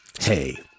Hey